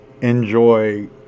enjoy